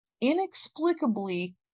inexplicably